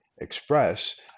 express